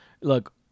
Look